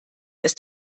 ist